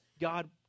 God